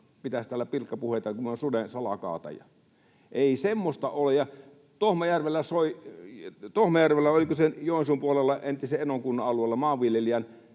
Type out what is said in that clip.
pitäisivät täällä pilkkapuheita, kun olen suden salakaataja. Ei semmoista ole. Tohmajärvellä, vai oliko se Joensuun puolella entisen Enon kunnan alueella, maanviljelijän